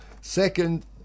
Second